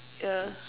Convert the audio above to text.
yeah